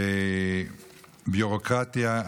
בביורוקרטיה.